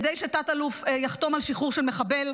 כדי שתת-אלוף יחתום על שחרור של מחבל,